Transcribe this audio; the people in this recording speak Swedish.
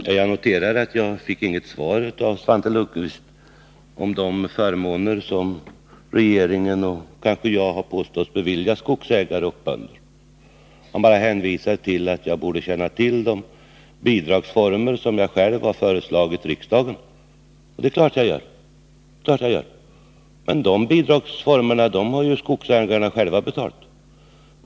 Herr talman! Jag noterar att jag inte fick något svar av Svante Lundkvist beträffande de förmåner som regeringen och kanske även jag har påståtts ha beviljat skogsägare och bönder. Han bara hänvisade till att jag borde känna till de bidragsformer som jag själv har föreslagit riksdagen. Det är klart att jag känner till dem. Men de bidragsformerna har ju skogsägarna själva betalat.